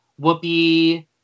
Whoopi